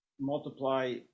multiply